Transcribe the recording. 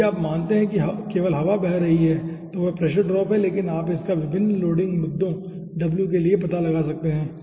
यदि आप मानते हैं कि केवल हवा बह रही है तो यह प्रेशर ड्रॉप है लेकिन आप इसका विभिन्न लोडिंग मुद्दों w के लिए पता लगा सकते हैं